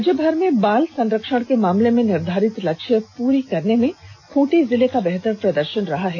राज्यभर में बाल संरक्षण के मामले में निर्धारित लक्ष्य पूर्ण करने में खूंटी जिले का बेहतर प्रदर्शन रहा है